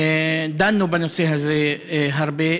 ודנו בנושא הזה הרבה.